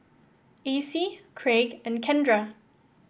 Acie Kraig and Kendra